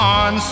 on